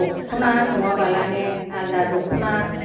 दख'ना नङाबालानो आलदा दख'ना